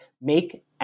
make